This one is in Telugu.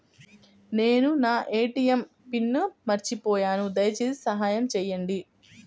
నేను నా ఏ.టీ.ఎం పిన్ను మర్చిపోయాను దయచేసి సహాయం చేయండి